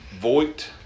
Voigt